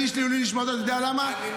נכון.